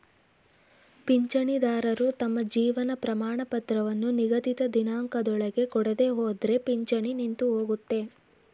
ಪಿಂಚಣಿದಾರರು ತಮ್ಮ ಜೀವನ ಪ್ರಮಾಣಪತ್ರವನ್ನು ನಿಗದಿತ ದಿನಾಂಕದೊಳಗೆ ಕೊಡದೆಹೋದ್ರೆ ಪಿಂಚಣಿ ನಿಂತುಹೋಗುತ್ತೆ